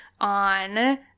on